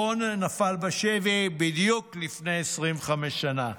רון נפל בשבי בדיוק לפני 25 שנה,